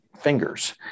fingers